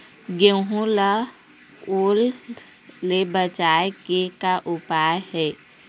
गेहूं ला ओल ले बचाए के का उपाय हे?